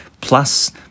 plus